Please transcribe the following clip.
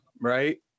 right